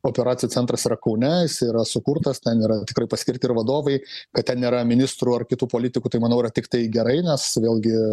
operacijų centras yra kaune jis yra sukurtas ten yra tikrai paskirti ir vadovai kad ten nėra ministrų ar kitų politikų tai manau yra tiktai gerai nes vėlgi